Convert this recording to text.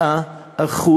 אני מנסה שתענה על זה.